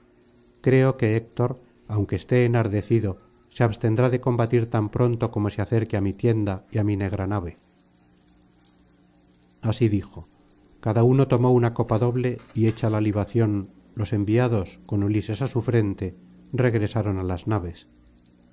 creo que héctor aunque esté enardecido se abstendrá de combatir tan pronto como se acerque á mi tienda y á mi negra nave así dijo cada uno tomó una copa doble y hecha la libación los enviados con ulises á su frente regresaron á las naves